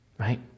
Right